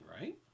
right